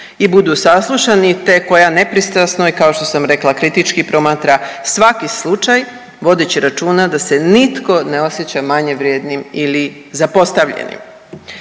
i budu saslušani te koja nepristrasno i kao što sam rekla kritički promatra svaki slučaj vodeći računa da se nitko ne osjeća manje vrijednim ili zapostavljenim.